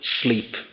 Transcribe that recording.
sleep